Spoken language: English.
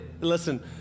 listen